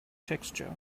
texture